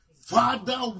Father